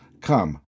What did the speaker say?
Come